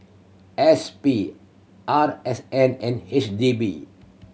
S P R S N and H D B